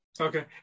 Okay